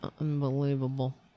Unbelievable